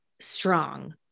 strong